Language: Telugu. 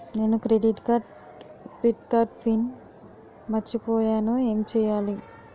నేను క్రెడిట్ కార్డ్డెబిట్ కార్డ్ పిన్ మర్చిపోయేను ఎం చెయ్యాలి?